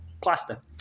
plaster